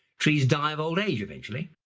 trees die of old age eventually.